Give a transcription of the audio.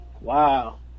Wow